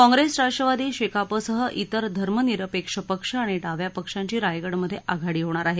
काँप्रेस राष्ट्रवादी शेकापसह इतर धर्मनिरपेक्ष पक्ष आणि डाव्यापक्षांची रायगडमध्ये आघाडी होणार आहे